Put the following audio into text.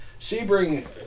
sebring